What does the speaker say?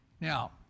Now